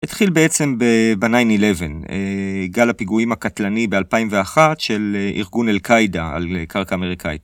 התחיל בעצם ב-9-11, גל הפיגועים הקטלני ב-2001 של ארגון אל-קעידה על קרקע אמריקאית.